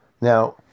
Now